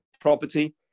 property